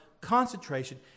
concentration